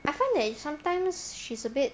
I find that sometimes she's a bit